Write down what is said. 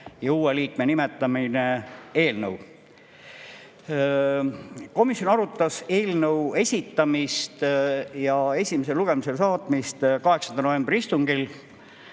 ja uue liikme nimetamine" eelnõu. Komisjon arutas eelnõu esitamist ja esimesele lugemisele saatmist 8. novembri istungil. Taust